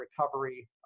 recovery